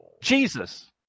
Jesus